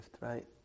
right